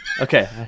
Okay